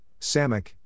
Samak